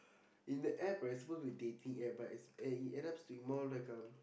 in the App right you supposed to dating app but it uh it ends up to be more like um